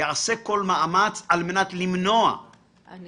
יעשה כל מאמץ על מנת למנוע אותה.